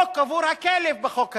פה קבור הכלב בחוק הזה.